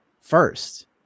first